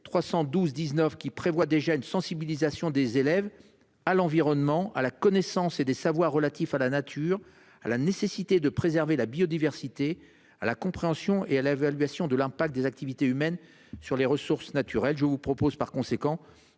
312 19 qui prévoit déjà une sensibilisation des élèves à l'environnement à la connaissance et des savoirs relatifs à la nature à la nécessité de préserver la biodiversité à la compréhension et à la validation de l'impact des activités humaines sur les ressources naturelles. Je vous propose par conséquent